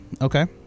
okay